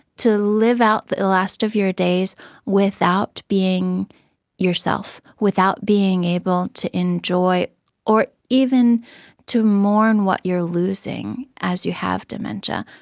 to live out the last of your days without being yourself, without being able to enjoy or even to mourn what losing as you have dementia.